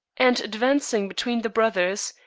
and advancing between the brothers,